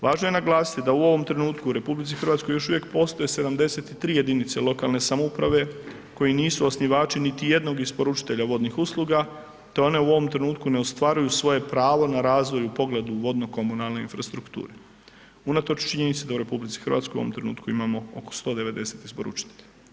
Važno je naglasiti da u ovom trenutku u RH još uvijek postoje 73 jedinice lokalne samouprave koji nisu osnivači niti jednog isporučitelja vodnih usluga, te one u ovom trenutku ne ostvaruju svoje pravo na razvoj u pogledu vodnokomunalne infrastrukture unatoč činjenici da u RH u ovom trenutku imamo oko 190 isporučitelja.